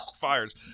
fires